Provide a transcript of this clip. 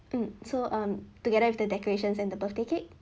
mm so um together with the decorations and the birthday cake